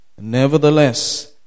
Nevertheless